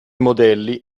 modelli